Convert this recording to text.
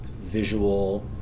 visual